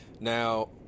now